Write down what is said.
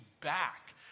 back